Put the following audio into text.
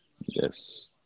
Yes